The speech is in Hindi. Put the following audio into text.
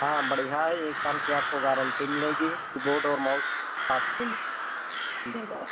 हाँ बढ़िया है एक साल की आपको गारंटी मिलेगी कीबोर्ड और माउस साथ ही में मिलेगा